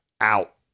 out